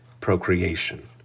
procreation